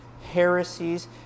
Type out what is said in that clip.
heresies